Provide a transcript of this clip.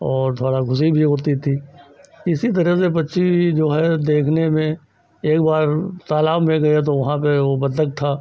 और थोड़ी ख़ुशी भी होती थी इसी तरह से पक्षी जो है देखने में एक बार तालाब में गया तो वहाँ पर वह बत्तख था